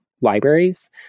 libraries